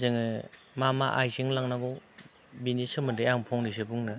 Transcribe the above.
जोंङो मा मा आइजें लांनांगौ बेनि सोमोन्दै आं फंनैसो बुंनो